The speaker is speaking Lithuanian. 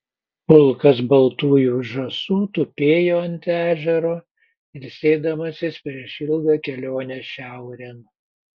pulkas baltųjų žąsų tupėjo ant ežero ilsėdamasis prieš ilgą kelionę šiaurėn